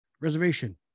Reservation